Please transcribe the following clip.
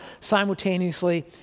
simultaneously